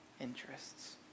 interests